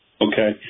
Okay